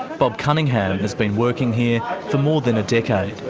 bob cunningham has been working here for more than a decade.